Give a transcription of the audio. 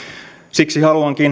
siksi